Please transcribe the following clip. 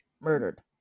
murdered